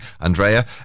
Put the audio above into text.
Andrea